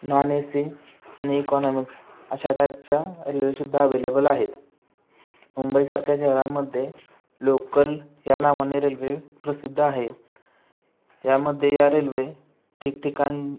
non AC आणि economic अशा टाईपच्या रेल्वेसुद्धा अवेलेबल आहेत मुंबईसारख्या शहरामध्ये लोकल या नावाने रेल्वे प्रसिद्ध आहे यामध्ये या रेल्वे ठीकठिकाणी